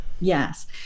yes